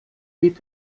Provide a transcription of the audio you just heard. weht